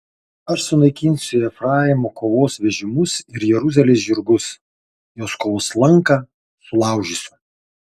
aš sunaikinsiu efraimo kovos vežimus ir jeruzalės žirgus jos kovos lanką sulaužysiu